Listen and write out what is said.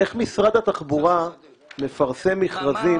איך משרד התחבורה ממשיך לפרסם מכרזים.